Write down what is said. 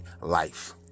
life